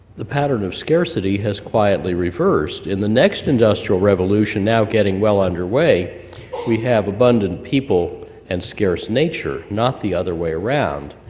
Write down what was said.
the pattern of scarcity has quietly reversed. in the next industrial revolution now getting well underway we have abundant people and scarce nature, not the other way around,